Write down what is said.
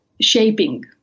shaping